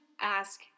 ask